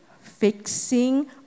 Fixing